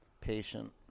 Patient